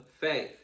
faith